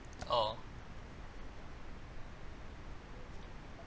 oh